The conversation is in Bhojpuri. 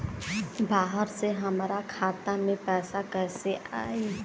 बाहर से हमरा खाता में पैसा कैसे आई?